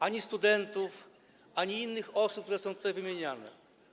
ani studentów, ani innych osób, które były tutaj wymieniane.